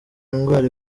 ndwara